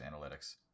Analytics